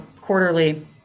quarterly